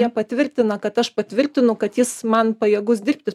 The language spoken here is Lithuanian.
jie patvirtina kad aš patvirtinu kad jis man pajėgus dirbti